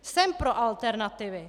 Jsem pro alternativy.